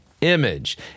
image